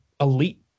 elite